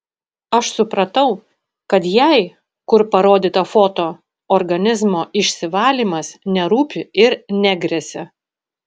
aš supratau kad jai kur parodyta foto organizmo išsivalymas nerūpi ir negresia